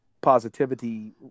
positivity